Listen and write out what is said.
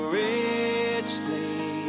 richly